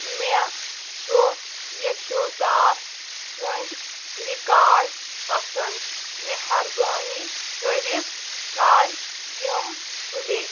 مےٚ چھُ یشوداس سٕندۍ ریکاڑ پسنٛد مہربٲنی کٔرِتھ کر یِم پلے